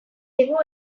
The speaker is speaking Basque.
digu